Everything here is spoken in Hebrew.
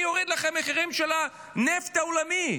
אני אוריד לכם את המחירים של הנפט העולמי,